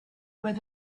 where